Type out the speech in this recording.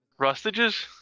Rustages